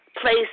place